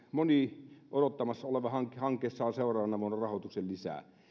moni odottamassa oleva hanke saa seuraavana vuonna rahoituksen lisää